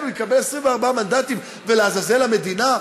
הוא יקבל 24 מנדטים ולעזאזל המדינה.